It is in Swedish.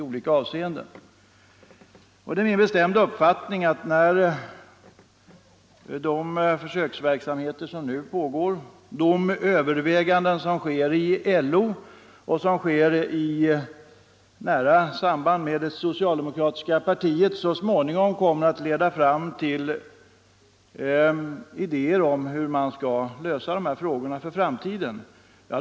Det är min bestämda uppfattning att den försöksverksamhet som nu pågår och de överväganden som sker inom LO i nära samarbete med det socialdemokratiska partiet så småningom kommer att leda fram till idéer om hur frågorna skall lösas i framtiden.